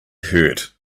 hurt